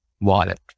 wallet